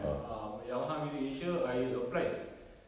ah yamaha music asia I applied